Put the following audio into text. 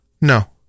No